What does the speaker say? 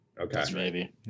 Okay